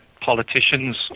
politicians